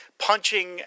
punching